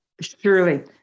Surely